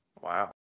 Wow